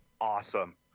awesome